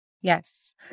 Yes